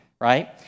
Right